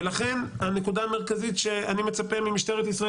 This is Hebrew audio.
ולכן הנקודה המרכזית שאני מצפה ממשטרת ישראל